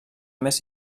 més